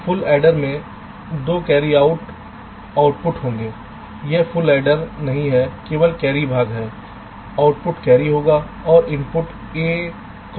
full adder में 2 carry out output होंगे यह फुल एडर नहीं है केवल कैरी भाग हैं आउटपुट कैरी होगा और इनपुट ab और c